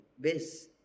base